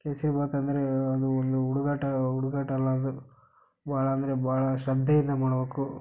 ಕೇಸರಿ ಭಾತ್ ಅಂದರೆ ಅದು ಒಂದು ಹುಡುಗಾಟ ಹುಡುಗಾಟ ಅಲ್ಲ ಅದು ಭಾಳ ಅಂದರೆ ಭಾಳ ಶ್ರದ್ಧೆಯಿಂದ ಮಾಡ್ಬೇಕು